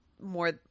More